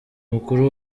mukuru